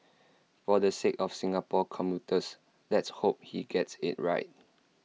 for the sake of Singapore's commuters let's hope he gets IT right